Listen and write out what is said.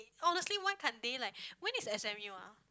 honestly why can't they like when is s_m_u ah